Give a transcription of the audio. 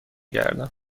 گردم